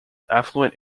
affluent